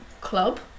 club